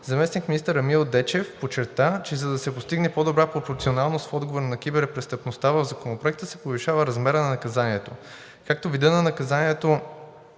заместник-министър Емил Дечев подчерта, че за да се постигне по-добра пропорционалност в отговор на киберпрестъпността, в Законопроекта се повишава размерът на наказанието – както видът на наказанието